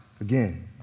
again